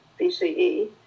BCE